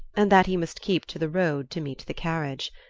and that he must keep to the road to meet the carriage.